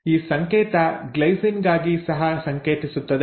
ಈ ಸಂಕೇತ ಗ್ಲೈಸಿನ್ ಗಾಗಿ ಸಹ ಸಂಕೇತಿಸುತ್ತದೆ